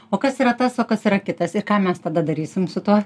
o kas yra tas o kas yra kitas ir ką mes tada darysim su tuo